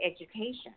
education